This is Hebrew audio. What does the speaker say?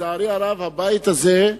לצערי הרב הבית הזה,